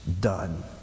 done